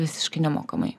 visiškai nemokamai